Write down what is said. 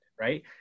Right